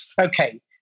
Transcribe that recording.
Okay